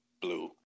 blue